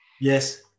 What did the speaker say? Yes